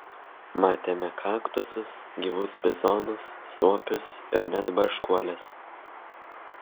matėme kaktusus gyvus bizonus suopius ir net barškuoles